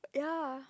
ya